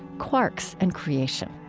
quarks and creation.